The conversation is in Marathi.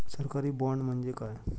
सरकारी बाँड म्हणजे काय?